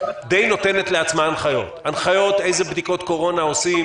די נותנת לעצמה הנחיות הנחיות אילו בדיקות קורונה לעשות,